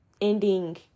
ending